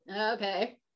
Okay